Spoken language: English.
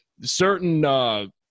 certain